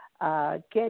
get